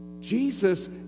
Jesus